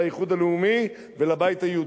לאיחוד הלאומי ולבית היהודי.